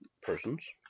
persons